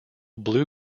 blue